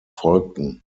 folgten